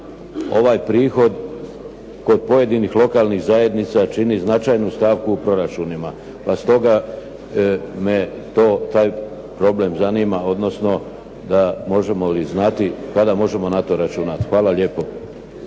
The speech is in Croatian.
ovaj prihod kod pojedinih lokalnih zajednica čini značajnu stavku u proračunima. Pa stoga me taj problem zanima. Odnosno možemo li znati kada možemo na to računati? Hvala lijepo.